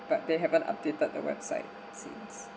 but they haven't updated the website since